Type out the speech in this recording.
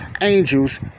angels